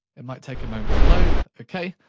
it might take a moment to load. okay,